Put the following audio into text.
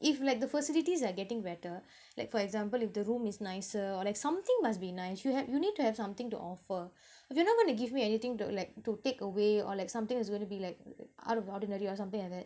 if like the facilities are getting better like for example if the room is nicer or like something must be nice you hav~ you need to have something to offer if you're not gonna give me anything to like to take away or like something is going to be like out of the ordinary or something like that